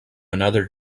another